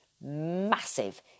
massive